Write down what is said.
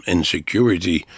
Insecurity